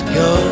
go